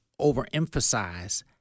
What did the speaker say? overemphasize